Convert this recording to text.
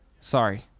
sorry